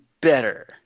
better